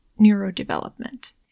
neurodevelopment